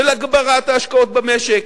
של הגברת ההשקעות במשק,